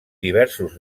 diversos